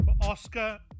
Oscar